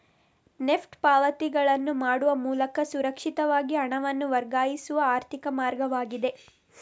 NEFT ಪಾವತಿಗಳನ್ನು ಮಾಡುವ ಮೂಲಕ ಸುರಕ್ಷಿತವಾಗಿ ಹಣವನ್ನು ವರ್ಗಾಯಿಸುವ ಆರ್ಥಿಕ ಮಾರ್ಗವಾಗಿದೆ